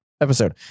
episode